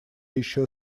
еще